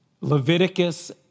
Leviticus